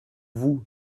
vous